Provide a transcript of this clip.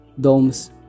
domes